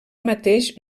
mateix